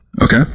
Okay